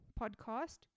podcast